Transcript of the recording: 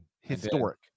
Historic